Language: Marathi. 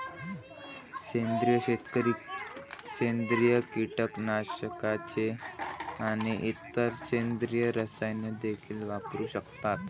सेंद्रिय शेतकरी सेंद्रिय कीटकनाशके आणि इतर सेंद्रिय रसायने देखील वापरू शकतात